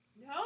No